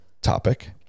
topic